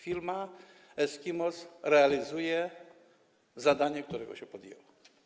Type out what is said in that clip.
Firma Eskimos realizuje zadanie, którego się podjęła.